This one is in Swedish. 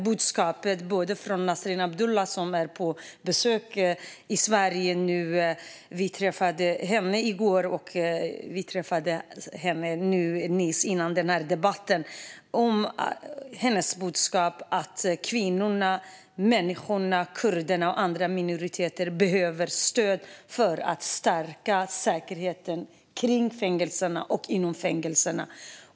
Budskapet från Nasrin Abdullah, som nu är på besök i Sverige - vi träffade henne i går och nyss, före denna debatt - är därför att kvinnorna, människorna, kurderna och andra minoriteter behöver stöd för att stärka säkerheten kring och i fängelserna.